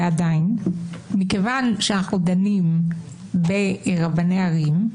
ועדיין מכיוון שאנחנו דנים ברבני ערים,